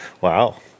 Wow